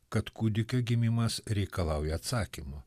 kad kūdikio gimimas reikalauja atsakymų